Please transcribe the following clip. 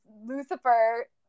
Lucifer